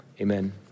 Amen